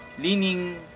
leaning